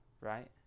Right